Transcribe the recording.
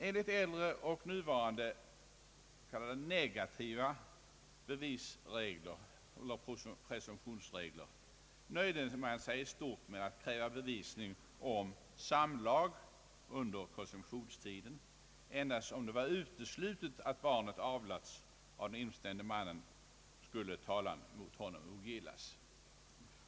Enligt äldre och nuvarande s.k. negativa presumtionsregler nöjde man sig i stort sett med att kräva bevisning om samlag under konceptionstiden. Endast om det var uteslutet att barnet avlats av den instämde mannen skulle talan mot honom ogillas.